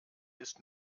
ist